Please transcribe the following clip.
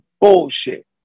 bullshit